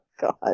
God